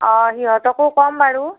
অ' সিহঁতকো ক'ম বাৰু